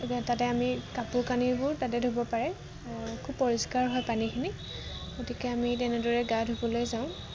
তাতে আমি কাপোৰ কানিবোৰ তাতে ধুব পাৰে খুব পৰিষ্কাৰ হয় পানীখিনি গতিকে আমি তেনেদৰে গা ধুবলৈ যাওঁ